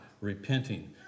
repenting